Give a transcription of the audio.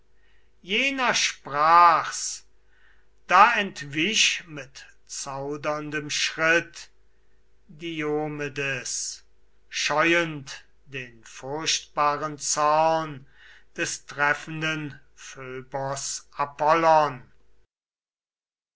jener sprach's da entwich mit eilendem schritt patroklos scheuend den furchtbaren zorn des treffenden